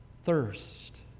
thirst